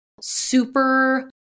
super